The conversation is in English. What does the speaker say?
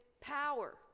power